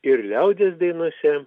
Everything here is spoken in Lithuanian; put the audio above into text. ir liaudies dainose